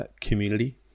community